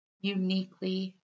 Uniquely